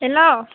hello